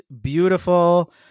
beautiful